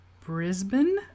Brisbane